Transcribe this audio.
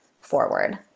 forward